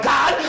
God